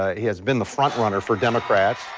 ah he has been the front runner for democrats.